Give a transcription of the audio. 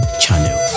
Channel